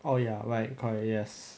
oh ya right correct yes